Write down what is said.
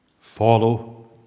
follow